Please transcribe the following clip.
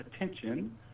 attention